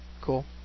Cool